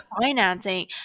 financing